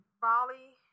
volley